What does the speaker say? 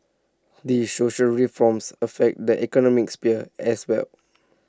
these social reforms affect the economic sphere as well